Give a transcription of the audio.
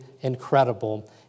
incredible